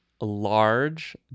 large